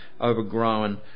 overgrown